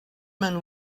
man